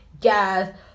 Guys